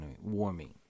warming